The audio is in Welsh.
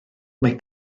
mae